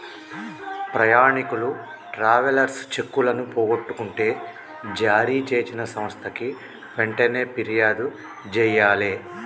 ప్రయాణీకులు ట్రావెలర్స్ చెక్కులను పోగొట్టుకుంటే జారీచేసిన సంస్థకి వెంటనే పిర్యాదు జెయ్యాలే